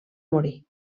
morir